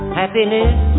happiness